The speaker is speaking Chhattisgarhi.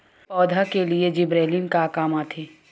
पौधा के लिए जिबरेलीन का काम आथे?